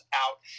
out